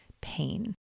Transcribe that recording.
pain